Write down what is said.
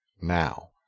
now